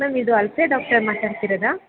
ma'am ಇದು Alfiya doctor ಮಾತಾಡ್ತಿರೋದಾ